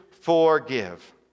forgive